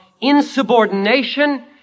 insubordination